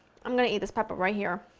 i'm going to eat this pepper right here,